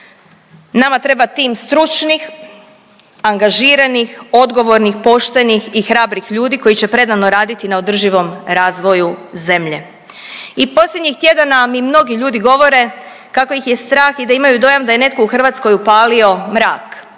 nama treba tim stručnih, angažiranih, odgovornih, poštenih i hrabrih ljudi koji će predano raditi na održivom razvoju zemlje. I posljednjih tjedana mi mnogi ljudi govore kako ih je strah i da imaju dojam da je netko u Hrvatskoj upalio mrak.